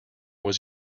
was